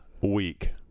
week